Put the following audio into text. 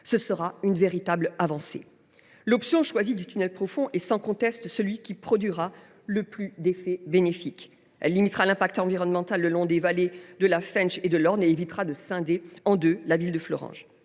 Ce sera une véritable avancée. L’option choisie du tunnel profond est sans conteste celle qui produira le plus d’effets bénéfiques. Elle limitera l’impact environnemental le long des vallées de la Fensch et de l’Orne, et évitera de scinder la ville de Florange